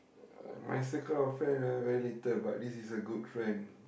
uh my circle of friend ah very little but this is a good friend